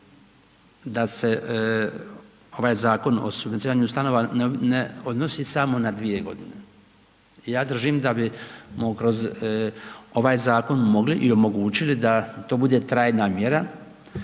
da se ovaj Zakon o subvencioniranju stanova ne odnosi samo na dvije godine. Ja držim da bismo kroz ovaj zakon mogli i omogućili da to bude trajna mjera